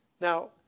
Now